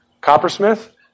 Coppersmith